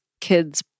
kids